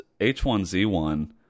H1Z1